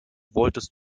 wolltest